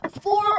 four